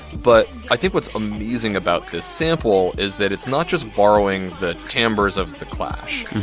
but i think what's amazing about this sample is that it's not just borrowing the timbres of the clash.